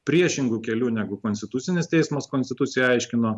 priešingu keliu negu konstitucinis teismas konstituciją aiškino